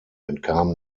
entkam